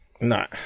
No